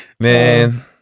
Man